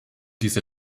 diese